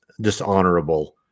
dishonorable